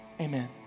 Amen